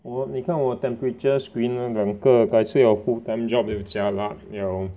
我你看我 temperature screening 两个改次有 full time job jialat liao